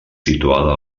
situada